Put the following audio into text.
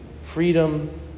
freedom